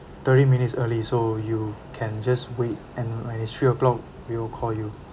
thirty minutes early so you can just wait and when it's three o'clock we will call you